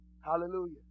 Hallelujah